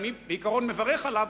שאני בעיקרון מברך עליו,